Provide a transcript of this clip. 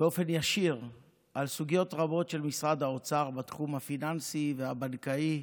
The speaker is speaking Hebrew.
באופן ישיר על סוגיות רבות של משרד האוצר בתחום הפיננסי והבנקאי,